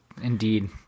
indeed